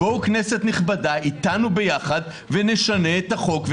בואו, כנסת נכבדה, איתנו ביחד ונשנה את החוק.